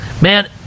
Man